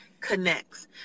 connects